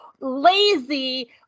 lazy